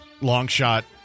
long-shot